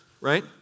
right